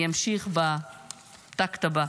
אני אמשיך בטקט הבא.